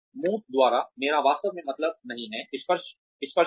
मूर्त द्वारा मेरा वास्तव में मतलब नहीं है स्पर्श करें